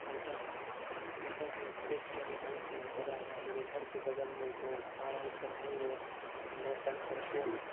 नाटक नाटक देखने में बहुत ही मजा आता है मेरे घर के बगल में दो चार अंकल हैं वो नाटक करते हैं